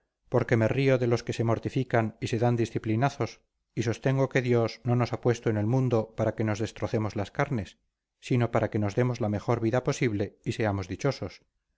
porque me río de los que se mortifican y se dan disciplinazos y sostengo que dios no nos ha puesto en el mundo para que nos destrocemos las carnes sino para que nos demos la mejor vida posible y seamos dichosos